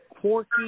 quirky